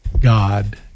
God